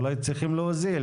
אולי צריכים להוזיל,